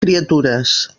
criatures